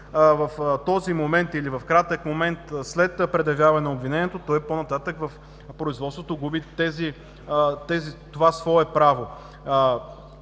в този момент или в кратък момент след предявяване на обвинението, той по-нататък губи това свое право